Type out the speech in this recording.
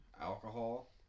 Alcohol